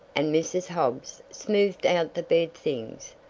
and mrs. hobbs smoothed out the bed things.